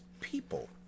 people